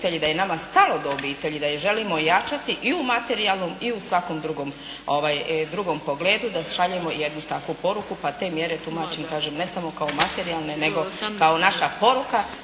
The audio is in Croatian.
da je nama stalo do obitelji, da ih želimo ojačati i u materijalnom i u svakom drugom pogledu, da šaljemo jednu takvu poruku. Pa te mjere tumačim kažem ne samo kao materijalne nego kao naša poruka